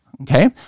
Okay